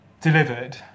delivered